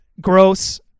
gross